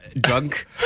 drunk